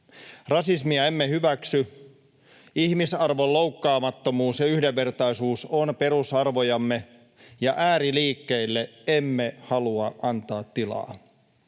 Rasismia emme hyväksy, ihmisarvon loukkaamattomuus ja yhdenvertaisuus ovat perusarvojamme, ja ääriliikkeille emme halua antaa tilaa.